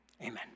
amen